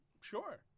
Sure